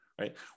right